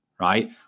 right